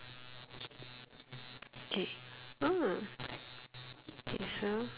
K ah K so